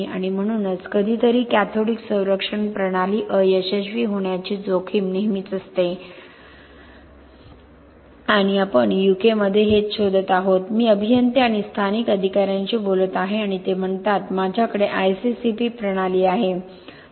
आणि म्हणूनच कधीतरी कॅथोडिक संरक्षण प्रणाली अयशस्वी होण्याची जोखीम नेहमीच असते आणि आपण यूकेमध्ये हेच शोधत आहोत मी अभियंते आणि स्थानिक अधिकाऱ्यांशी बोलत आहे आणि ते म्हणतात माझ्याकडे ICCP प्रणाली आहे